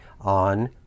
on